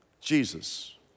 Jesus